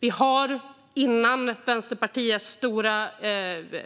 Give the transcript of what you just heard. Vi har före Vänsterpartiets stora